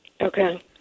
Okay